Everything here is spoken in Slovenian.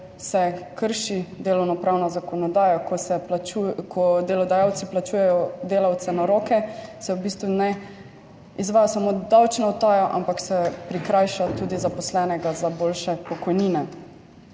se krši delovno pravna zakonodaja, ko delodajalci plačujejo delavce na roke, se v bistvu ne izvaja samo davčna utaja, ampak se prikrajša tudi zaposlenega za boljše pokojnine.